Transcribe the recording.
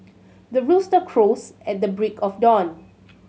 the rooster crows at the break of dawn